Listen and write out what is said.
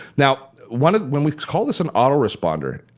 now when when we call this an autoresponder,